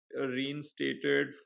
reinstated